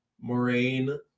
Moraine